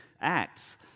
acts